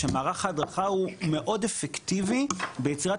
שמערך ההדרכה הוא מאוד אפקטיבי ביצירת